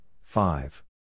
five